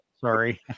Sorry